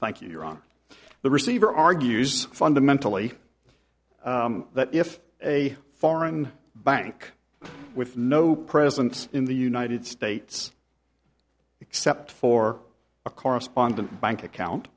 thank you your on the receiver argues fundamentally that if a foreign bank with no presence in the united states except for a correspondent bank account